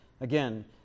again